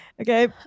Okay